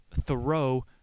Thoreau